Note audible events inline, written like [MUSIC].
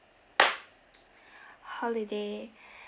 [NOISE] holiday